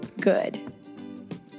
good